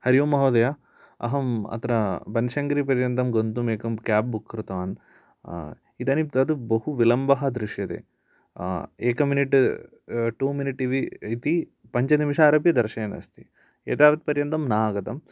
हरि ओम् महोदय अहम् अत्र बनशंकरी पर्यन्तं गन्तुम् एकं केब् बुक् कृतवान् इदानीं तत् बहु विलम्बः दृश्यते एक मिनिट् टु मिनिट् इति पञ्चनिमेषाराभ्यः दर्शयन् अस्ति एतावत् पर्यन्तं नागतम्